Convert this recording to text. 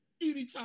anytime